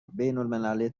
بینالمللی